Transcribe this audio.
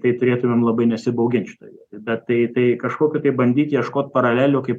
tai turėtumėm labai nesibaugint šitoj vietoj bet tai tai kažkokių tai bandyt ieškot paralelių kaip